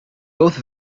both